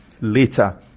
later